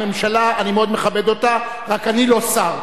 הכנסת, הממשלה, אני מאוד מכבד אותה, רק אני לא שר.